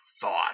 thought